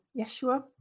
Yeshua